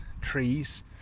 trees